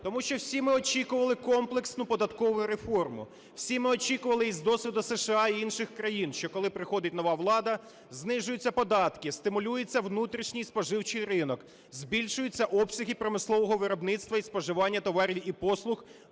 Тому що всі ми очікували комплексну податкову реформу. Всі ми очікували, із досвіду США і інших країн, що коли приходить нова влада знижуються податки, стимулюється внутрішній споживчий ринок, збільшуються обсяги промислового виробництва і споживання товарів і послуг